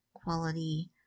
Quality